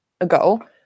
ago